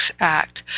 act